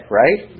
right